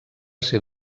ser